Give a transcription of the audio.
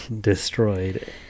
destroyed